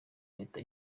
leta